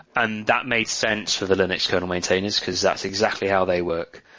and that made sense for the linux kernel maintainers, because that's exactly how they work.